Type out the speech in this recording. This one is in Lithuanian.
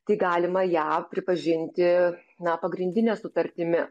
tai galima ją pripažinti na pagrindine sutartimi